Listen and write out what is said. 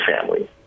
family